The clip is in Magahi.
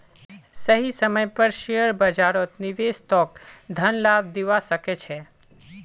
सही समय पर शेयर बाजारत निवेश तोक धन लाभ दिवा सके छे